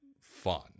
fun